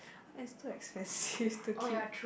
ah that's too expensive to keep